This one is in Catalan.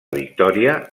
victòria